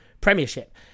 premiership